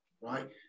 right